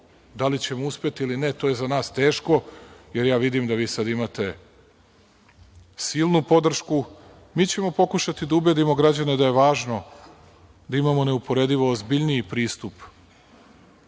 Da li ćemo uspeti ili ne, to je za nas teško, jer ja vidim da vi sada imate silnu podršku. Mi ćemo pokušati da ubedimo građane da je važno da imamo neuporedivo ozbiljniji pristup